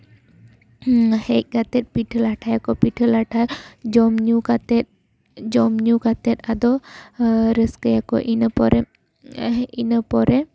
ᱦᱮᱡ ᱠᱟᱛᱮ ᱯᱤᱴᱷᱟᱹ ᱞᱟᱴᱷᱟᱭᱟᱠᱚ ᱯᱤᱴᱷᱟᱹ ᱞᱟᱴᱷᱟ ᱡᱚᱢ ᱧᱩ ᱠᱟᱛᱮ ᱡᱚᱢ ᱧᱩ ᱠᱟᱛᱮ ᱟᱫᱚ ᱨᱟᱹᱥᱠᱟᱹᱭᱟᱠᱚ ᱤᱱᱟᱹ ᱯᱚᱨᱮ ᱤᱱᱟᱹ ᱯᱚᱨᱮ